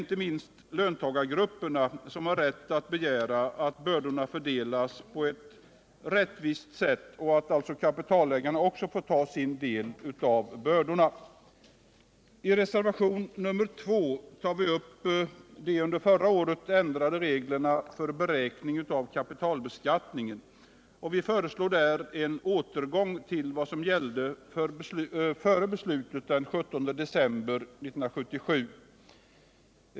Inte minst löntagargrupperna har rätt att begära att bördorna fördelas på ett rättvist sätt och att även kapitalägarna får ta sin del av bördorna. I reservation 2 tar vi upp de under förra året ändrade reglerna för beräkning av kapitalbeskattningen och föreslår en återgång till vad som gällde före beslutet den 17 december 1977.